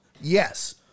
yes